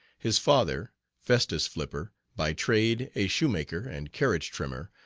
his father, festus flipper, by trade a shoemaker and carriage-trimmer,